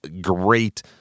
great